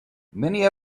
many